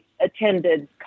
attended